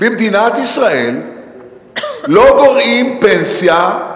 במדינת ישראל לא גורעים פנסיה,